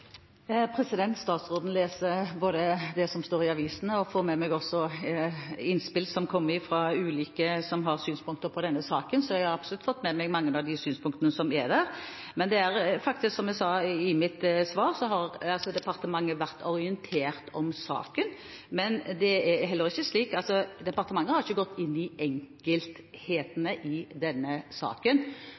og jeg får også med meg innspill som kommer fra ulike som har synspunkter på denne saken, så jeg har absolutt fått med meg mange av de synspunktene som er der. Som jeg sa i mitt svar, har departementet vært orientert om saken, men det er ikke slik at departementet har gått inn i enkelthetene i denne saken.